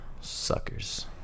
suckers